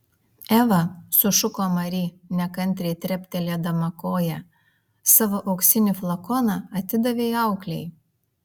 eva sušuko mari nekantriai treptelėdama koja savo auksinį flakoną atidavei auklei